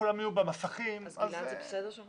גלעד, זה בסדר שאנחנו